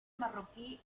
marroquí